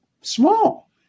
small